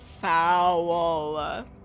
foul